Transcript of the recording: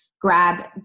grab